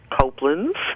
Copeland's